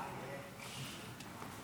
תודה רבה לך, אדוני